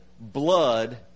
blood